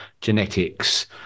genetics